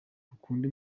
rukunda